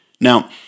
Now